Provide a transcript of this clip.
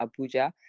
abuja